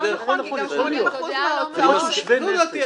זו דעתי.